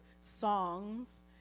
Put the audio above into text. songs